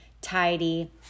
tidy